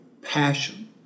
passion